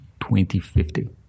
2050